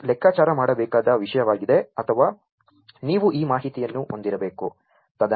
ಇದು ಲೆಕ್ಕಾಚಾರ ಮಾಡಬೇಕಾದ ವಿಷಯವಾಗಿದೆ ಅಥವಾ ನೀವು ಈ ಮಾಹಿತಿಯನ್ನು ಹೊಂದಿರಬೇಕು